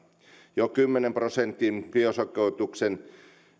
jo kymmenen prosentin biosekoituksen